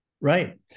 Right